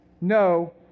no